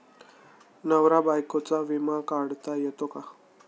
नवरा बायकोचा विमा काढता येतो का?